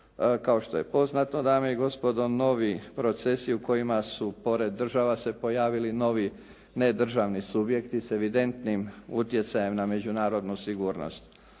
kao što je poznato dame i gospodo novi procesi u kojima su pored država se pojavili novi nedržavni subjekti sa evidentnim utjecajem na međunarodnu sigurnost.